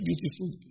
beautiful